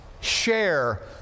share